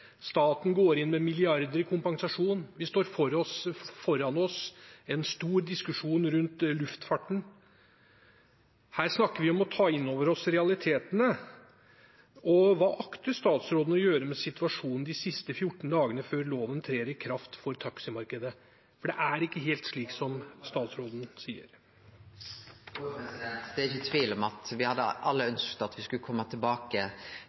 staten går inn med milliarder i kompensasjon, vi står foran en stor diskusjon rundt luftfarten. Her snakker vi om å ta inn over oss realitetene. Hva akter statsråden å gjøre med situasjonen de siste 14 dagene før loven trer i kraft for taximarkedet? For det er ikke helt slik statsråden sier. Det er ikkje tvil om at me alle hadde ønskt at me skulle kome tilbake